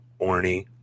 Orny